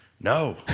No